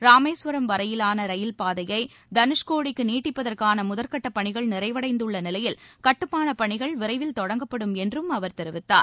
ராமேஸ்வரம் வரையிலான ரயில் பாதையை தனுஷ்கோடிக்கு நீட்டிப்பதற்கான முதற்கட்டப் பணிகள் நிறைவடைந்துள்ள நிலையில் கட்டுமானப் பணிகள் விரைவில் தொடங்கப்படும் என்றம் அவர் தெரிவித்தார்